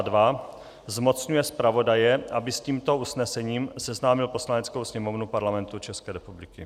II. zmocňuje zpravodaje, aby s tímto usnesením seznámil Poslaneckou sněmovnu Parlamentu České republiky.